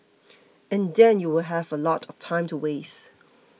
and then you will have a lot of time to waste